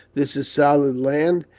this is solid land,